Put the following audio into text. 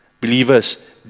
Believers